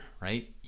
right